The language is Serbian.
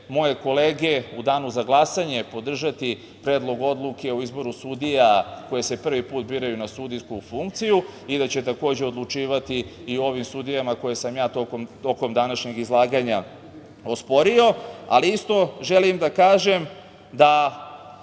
moje kolege u Danu za glasanje podržati Predlog odluke o izboru sudija koje se prvi put biraju na sudijsku funkciju i da će takođe odlučivati i o ovim sudijama koje sam ja tokom današnjeg izlaganja osporio. Isto želim da kažem da